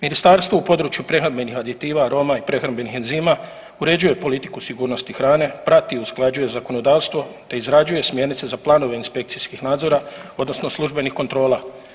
Ministarstvo u području prehrambenih aditiva, aroma i prehrambenih enzima uređuje politiku sigurnosti hrane, prati i usklađuje zakonodavstvo te izrađuje smjernice za planove inspekcijskih nadzora odnosno službenih kontrola.